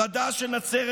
חד"ש של נצרת